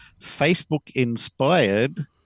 Facebook-inspired